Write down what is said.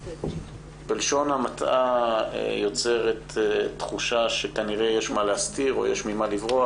בלשון המעטה יוצרת תחושה שכנראה יש מה להסתיר או יש ממה לברוח.